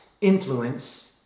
Influence